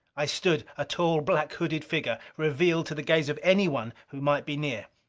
i stood, a tall, blackhooded figure, revealed to the gaze of anyone who might be near!